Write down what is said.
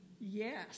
Yes